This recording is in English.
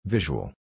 Visual